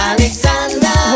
Alexander